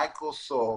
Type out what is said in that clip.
מיקרוסופט,